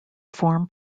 form